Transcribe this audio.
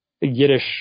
Yiddish